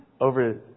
over